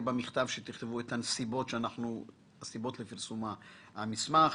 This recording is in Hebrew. במכתב שתכתבו את הנסיבות לפרסום המסמך.